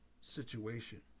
situation